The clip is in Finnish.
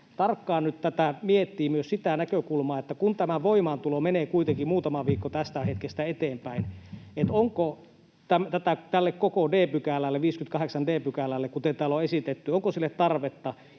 nyt tätä miettii, myös sitä näkökulmaa, että kun tämä voimaantulo menee kuitenkin muutaman viikon tästä hetkestä eteenpäin, niin onko tälle koko 58 d §:lle tarvetta, kuten täällä on esitetty. [Eduskunnasta: